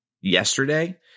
yesterday